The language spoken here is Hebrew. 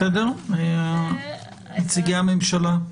בסדר, נציגי הממשלה?